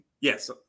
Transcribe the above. Yes